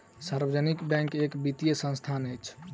सार्वजनिक बैंक एक वित्तीय संस्थान अछि